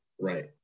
Right